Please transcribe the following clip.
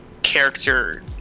character